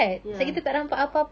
ya